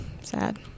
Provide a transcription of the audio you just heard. Sad